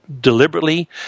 deliberately